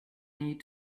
need